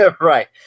Right